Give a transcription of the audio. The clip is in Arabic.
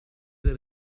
أحضر